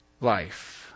life